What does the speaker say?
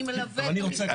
מי מלווה את המשפחה?